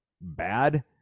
bad